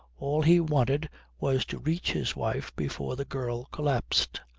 all he wanted was to reach his wife before the girl collapsed.